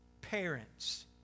parents